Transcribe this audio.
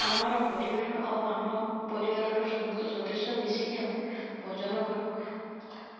ଆମର ପରିବାର ଆଉ ଆମ ପରିବାରର ସମସ୍ତ ସଦସ୍ୟ ମିଶିକି ଆମେ ଭୋଜନ କରୁ